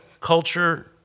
culture